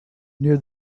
near